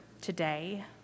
today